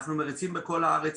אנחנו מריצים בכל הארץ,